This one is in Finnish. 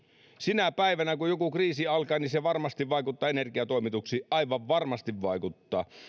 sinä päivänä kun joku kriisi alkaa se varmasti vaikuttaa energiatoimituksiin aivan varmasti vaikuttaa